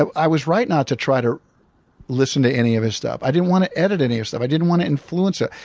i was right not to try to listen to any of his stuff. i didn't want to edit any of his stuff. i didn't want to influence it.